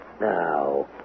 Now